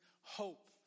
hope